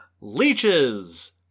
leeches